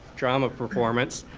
drama performance,